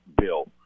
Bill